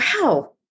wow